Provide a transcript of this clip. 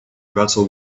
vessel